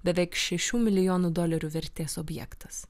beveik šešių milijonų dolerių vertės objektas